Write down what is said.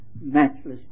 Matchless